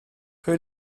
pwy